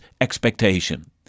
expectation